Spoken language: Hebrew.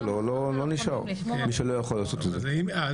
מי שלא יכול לעשות את זה, לא נשאר.